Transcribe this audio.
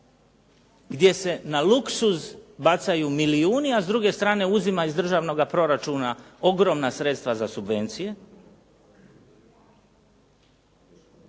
gdje se na luksuz bacaju milijuni, a s druge strane uzima iz državnoga proračuna ogromna sredstva za subvencije?